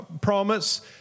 promise